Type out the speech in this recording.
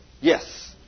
Yes